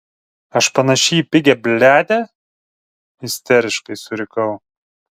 aš panaši į pigią bliadę isteriškai surikau